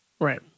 Right